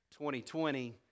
2020